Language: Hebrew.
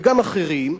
וגם אחרים,